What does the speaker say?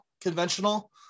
conventional